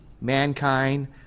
mankind